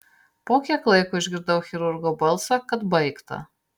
po kiek laiko išgirdau chirurgo balsą kad baigta